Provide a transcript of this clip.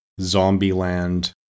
Zombieland